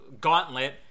gauntlet